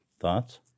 Thoughts